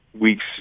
weeks